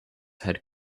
had